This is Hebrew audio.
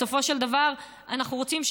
בסופו של דבר אנחנו רוצים,